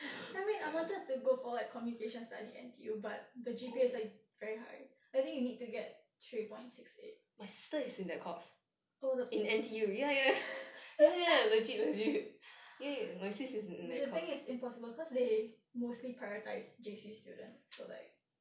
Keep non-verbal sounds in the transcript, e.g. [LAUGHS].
I mean I wanted to go for like communication study in N_T_U but the G_P_A like very high I think you need to get three point six eight oh [LAUGHS] which I think is impossible cause they mostly prioritise J_C students so like